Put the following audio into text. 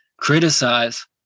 criticize